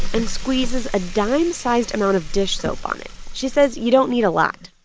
and squeezes a dime-sized amount of dish soap on it. she says you don't need a lot.